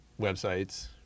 Websites